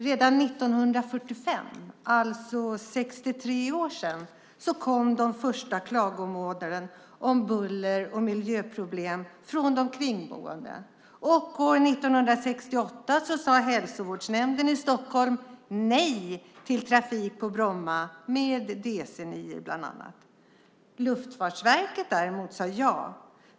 Redan 1945, alltså för 63 år sedan, kom de första klagomålen om buller och miljöproblem från de kringboende. År 1968 sade hälsovårdsnämnden i Stockholm nej till trafik på Bromma med bland annat DC 9:or. Luftfartsverket sade däremot ja.